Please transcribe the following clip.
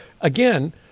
Again